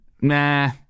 Nah